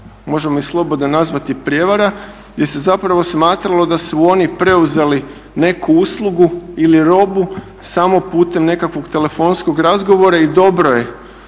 možemo ih slobodno nazvati prijevara gdje se zapravo smatralo da su oni preuzeli neku uslugu ili robu samo putem nekakvog telefonskog razgovora i dobro je